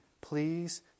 please